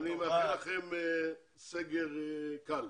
אני מאחל לכם סגר קל.